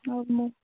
ହଉ ମୁଁ